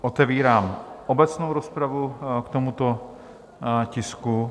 Otevírám obecnou rozpravu k tomuto tisku.